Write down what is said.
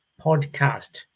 podcast